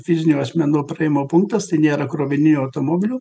fizinių asmenų praėjimo punktas tai nėra krovininių automobilių